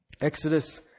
Exodus